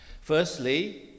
Firstly